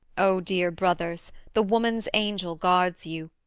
o dear brothers, the woman's angel guards you,